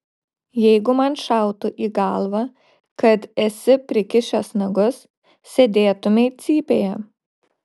jeigu man šautų į galvą kad esi prikišęs nagus sėdėtumei cypėje